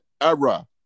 era